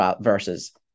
Versus